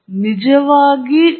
ಆದರೆ ಆ ಹಂತವೆಂದರೆ ಆ ಸೆಟ್ ಗಳು